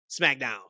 SmackDown